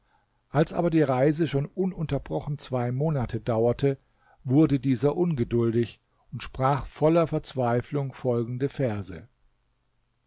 als aber die reise schon ununterbrochen zwei monate dauerte wurde dieser ungeduldig und sprach voller verzweiflung folgende verse